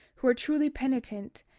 who were truly penitent,